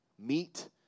meet